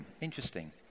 interesting